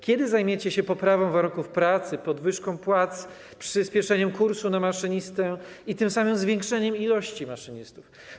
Kiedy zajmiecie się poprawą warunków pracy, podwyżką płac, przyspieszeniem kursu na maszynistę i tym samym zwiększeniem ilości maszynistów?